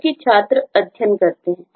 क्योंकि छात्र अध्ययन करते हैं